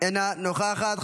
אינה נוכחת.